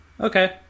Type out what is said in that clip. Okay